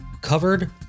covered